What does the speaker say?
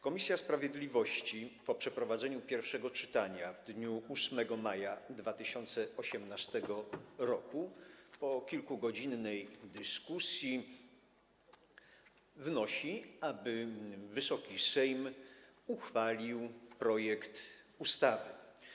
Komisja sprawiedliwości, po przeprowadzeniu pierwszego czytania w dniu 8 maja 2018 r. po kilkugodzinnej dyskusji, wnosi, aby Wysoki Sejm uchwalił projekt ustawy.